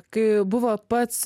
kai buvo pats